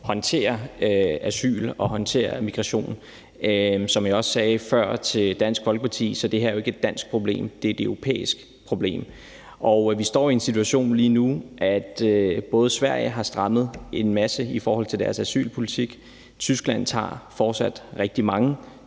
håndtere asyl og håndtere migration. Som jeg også sagde før til Dansk Folkeparti, er det her jo ikke et dansk problem; det er et europæisk problem. Og vi står i den situation lige nu, at Sverige har strammet en masse i forhold til deres asylpolitik, og at Tyskland fortsat tager rigtig mange